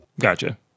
Gotcha